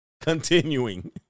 continuing